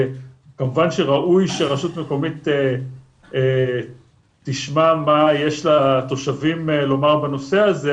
כמובן שראוי שרשות מקומית תשמע מה יש לתושבים לומר בנושא הזה,